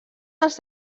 dels